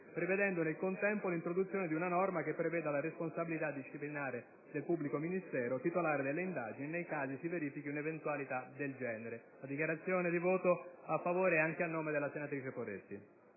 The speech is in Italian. prevedendo nel contempo l'introduzione di una norma che preveda la responsabilità disciplinare del pubblico ministero titolare delle indagini nel caso si verifichi una eventualità del genere. Dichiaro il voto favorevole anche a nome della senatrice Poretti.